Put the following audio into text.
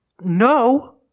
no